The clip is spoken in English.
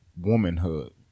womanhood